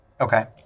Okay